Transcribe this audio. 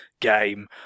Game